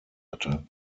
hatte